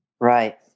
Right